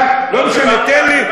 אבל לא משנה, תן לי,